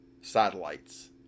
satellites